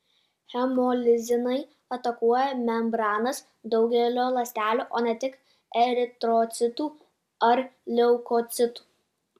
hemolizinai atakuoja membranas daugelio ląstelių o ne tik eritrocitų ar leukocitų